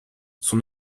son